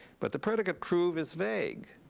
but the predicate prove is vague.